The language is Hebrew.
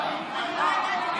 התשפ"א 2021,